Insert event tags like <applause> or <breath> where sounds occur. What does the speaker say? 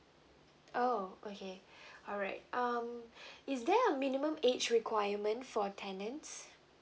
oh okay <breath> alright um <breath> is there a minimum age requirement for tenants